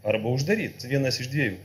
arba uždaryt vienas iš dviejų